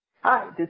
Hi